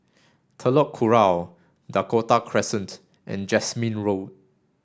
Telok Kurau Dakota Crescent and Jasmine Road